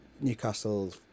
Newcastle